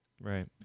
Right